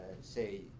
say